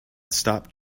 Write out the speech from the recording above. stopped